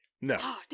No